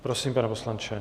Prosím, pane poslanče.